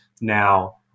Now